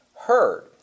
heard